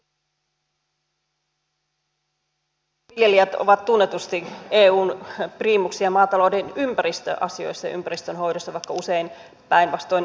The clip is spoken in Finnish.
suomen viljelijät ovat tunnetusti eun priimuksia maatalouden ympäristöasioissa ja ympäristön hoidossa vaikka usein päinvastoin väitetään